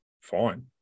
fine